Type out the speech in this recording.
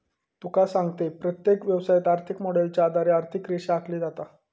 तुका सांगतंय, प्रत्येक व्यवसायात, आर्थिक मॉडेलच्या आधारे आर्थिक रेषा आखली जाता